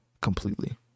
completely